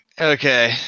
Okay